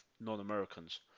non-Americans